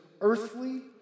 earthly